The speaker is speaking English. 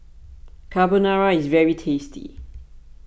Carbonara is very tasty